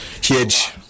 Huge